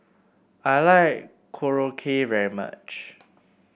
I like Korokke very much